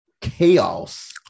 Chaos